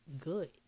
good